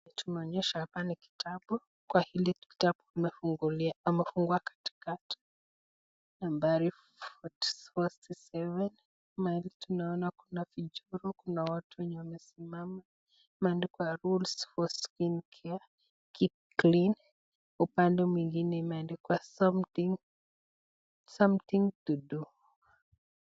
Tumeonyeshwa hapa ni kitabu, kwa hili kitabu wamefungua katikati nambari 47 mahali tunaona kuna michoro ya watu wenye wamesimama, imeandikwa rules for skin care, keep clean upande mwingine imeandikwa something to do .